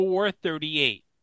438